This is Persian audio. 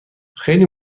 خیلی